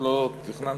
לא תכננתי.